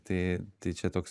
tai tai čia toks